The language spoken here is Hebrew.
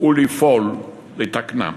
ולפעול לתקנה,